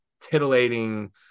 titillating